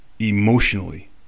emotionally